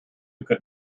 could